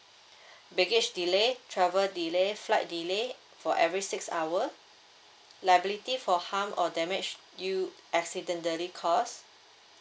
baggage delay travel delay flight delay for every six hour liability for harm or damage you accidentally caused